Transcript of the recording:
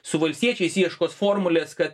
su valstiečiais ieškos formulės kad